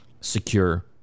secure